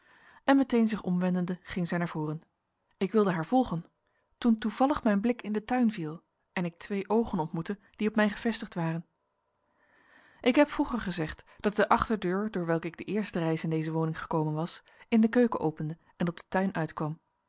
en meteen zich omwendende ging zij naar voren ik wilde haar volgen toen toevallig mijn blik in den tuin viel en ik twee oogen ontmoette die op mij gevestigd waren ik heb vroeger gezegd dat de achterdeur door welke ik de eerste reis in deze woning gekomen was in de keuken opende en op den tuin uitkwam